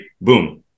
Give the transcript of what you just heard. boom